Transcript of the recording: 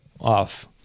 off